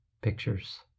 pictures